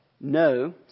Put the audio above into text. no